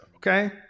Okay